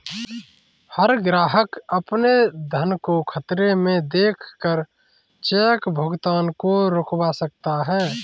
हर ग्राहक अपने धन को खतरे में देख कर चेक भुगतान को रुकवा सकता है